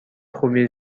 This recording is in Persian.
خوبی